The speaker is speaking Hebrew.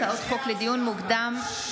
הצעות חוק לדיון מוקדם,